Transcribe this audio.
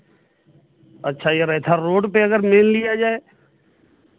अच्छा ये रैथा रोड पे अगर मेन लिया जाए